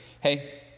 hey